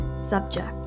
subject